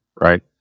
right